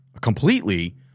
completely